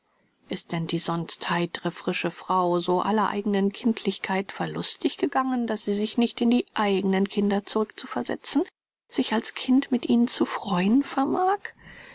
ist denn die sonst heitre frische frau so aller eignen kindlichkeit verlustig gegangen daß sie sich nicht in die eignen kinder zurückzuversetzen sich als kind mit ihnen zu freuen vermag